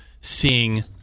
seeing